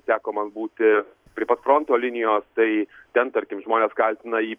teko man būti prie pat fronto linijos tai ten tarkim žmonės kaltina jį